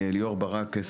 אני ליאור ברק,